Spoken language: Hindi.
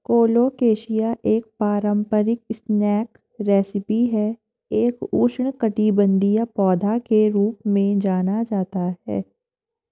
कोलोकेशिया एक पारंपरिक स्नैक रेसिपी है एक उष्णकटिबंधीय पौधा के रूप में जाना जाता है